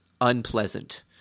unpleasant